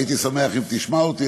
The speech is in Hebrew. הייתי שמח אם תשמע אותי,